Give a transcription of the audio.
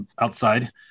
outside